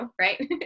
right